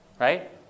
Right